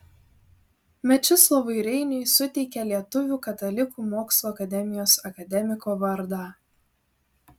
mečislovui reiniui suteikė lietuvių katalikų mokslo akademijos akademiko vardą